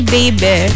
baby